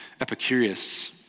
Epicurus